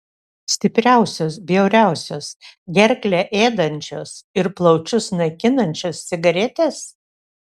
stipriausios bjauriausios gerklę ėdančios ir plaučius naikinančios cigaretės